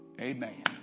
Amen